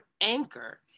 anchor